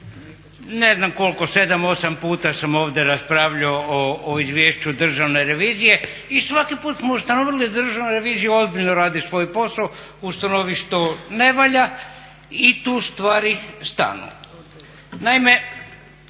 Ne znam koliko 7, 8 puta sam ovdje raspravljao o Izvješću Državne revizije i svaki put smo ustanovili da Državna revizija ozbiljno radi svoj posao, ustanovili što ne valja i tu stvari stanu.